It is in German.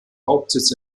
hauptsitz